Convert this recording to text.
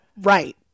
right